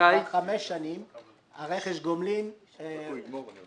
כבר חמש שנים רכש הגומלין הפסיק